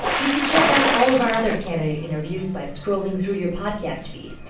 you can check out all of our other candidate interviews by scrolling through your podcast feed.